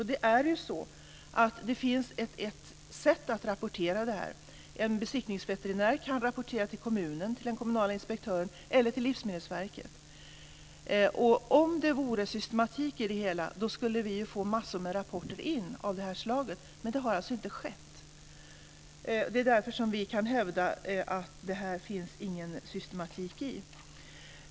Och det finns ett sätt att rapportera detta. En besiktningsveterinär kan rapportera till kommunen, till den kommunala inspektören eller till Livsmedelsverket. Om det vore systematik i det hela skulle vi få in massor av rapporter av det här slaget, men det har alltså inte skett. Det är därför vi kan hävda att det inte finns någon systematik i det här.